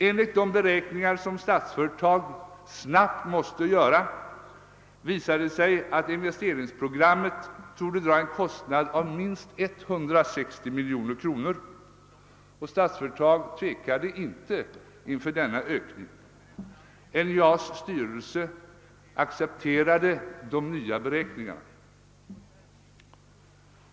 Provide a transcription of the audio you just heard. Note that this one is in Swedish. Enligt de beräkningar som Statsföretag snabbt måste göra visade det sig att programmet torde dra en kostnad av minst 160 milj.kr. Statsföretag tvekade inte inför denna ökning. NJA:s styrelse accepterade de nya beräkningarna.